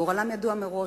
גורלם ידוע מראש,